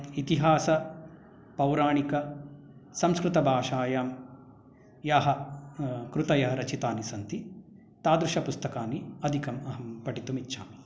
इतिहासपौराणिकसंस्कृतभाषायां याः कृतयः रचितानि सन्ति तादृशपुस्तकानि अधिकम् अहं पठितुम् इच्छामि